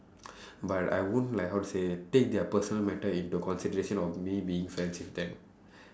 but I won't like how to say take their personal matter into consideration of me being friends with them